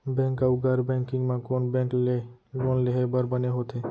Bank अऊ गैर banking म कोन बैंक ले लोन लेहे बर बने होथे?